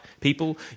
people